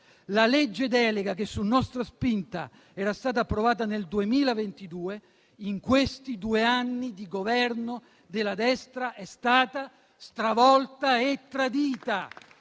La legge delega che su nostra spinta era stata approvata nel 2022 in questi due anni di Governo della destra è stata stravolta e tradita